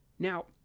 Now